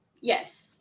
Yes